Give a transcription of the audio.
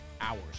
hours